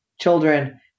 children